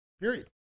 period